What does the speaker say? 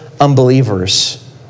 unbelievers